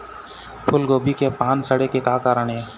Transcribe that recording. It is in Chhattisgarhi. फूलगोभी के पान सड़े के का कारण ये?